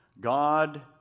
God